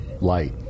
light